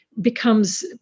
becomes